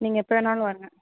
நீங்கள் எப்போ வேணுணாலும் வாங்க